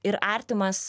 ir artimas